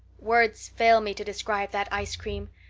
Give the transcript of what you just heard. words fail me to describe that ice cream.